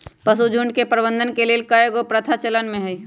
पशुझुण्ड के प्रबंधन के लेल कएगो प्रथा चलन में हइ